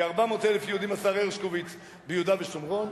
כ-400,000 יהודים, השר הרשקוביץ, ביהודה ושומרון,